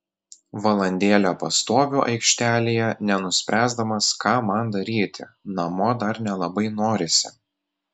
valandėlę pastoviu aikštelėje nenuspręsdamas ką man daryti namo dar nelabai norisi